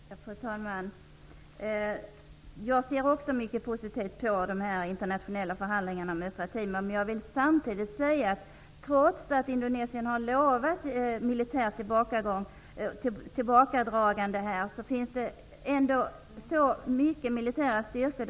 Fru talman! Jag ser också mycket positivt på de internationella förhandlingarna om Östra Timor. Men trots att Indonesien har lovat militärt tillbakadragande finns ändå många militära styrkor.